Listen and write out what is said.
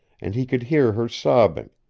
and he could hear her sobbing